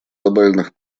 глобальных